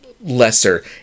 lesser